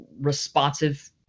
responsive